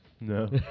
No